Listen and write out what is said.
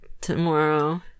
tomorrow